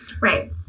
Right